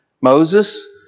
Moses